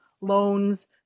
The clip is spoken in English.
loans